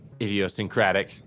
idiosyncratic